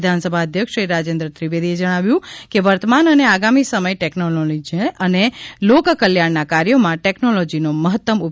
વિધાનસભા અધ્યક્ષ શ્રી રાજેન્દ્રત્રિવેદી એ જણાવ્યું કે વર્તમાન અને આગામી સમય ટેક્નોલોજીનો છે અને લોકકલ્યાણના કાર્યોમાં ટેકનોલોજીનો મહત્તમ ઉપયોગ કરવો જરૂરી છે